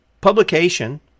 Publication